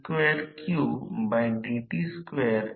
ही एक गोष्ट आहे परंतु स्टॅटर ला प्रतिरोधास मुळात r2 म्हणतात